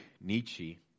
Nietzsche